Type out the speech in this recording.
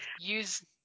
use